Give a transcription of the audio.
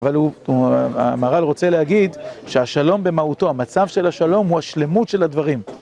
אבל המהר״ל רוצה להגיד שהשלום במהותו, המצב של השלום הוא השלמות של הדברים.